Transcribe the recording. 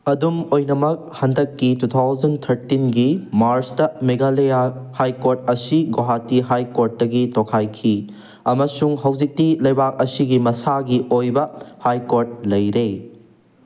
ꯑꯗꯨꯝ ꯑꯣꯏꯅꯃꯛ ꯍꯟꯗꯛꯀꯤ ꯇꯨ ꯊꯥꯎꯖꯟ ꯊꯔꯇꯤꯟꯒꯤ ꯃꯥꯔꯁꯇ ꯃꯦꯒꯥꯂꯌꯥ ꯍꯥꯏ ꯀꯣꯔꯠ ꯑꯁꯤ ꯒꯣꯍꯥꯇꯤ ꯍꯥꯏ ꯀꯣꯔꯠꯇꯒꯤ ꯇꯣꯈꯥꯏꯈꯤ ꯑꯃꯁꯨꯡ ꯍꯧꯖꯤꯛꯇꯤ ꯂꯩꯕꯥꯛ ꯑꯁꯤꯒꯤ ꯃꯁꯥꯒꯤ ꯑꯣꯏꯕ ꯍꯥꯏ ꯀꯣꯔꯠ ꯂꯩꯔꯦ